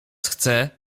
chcę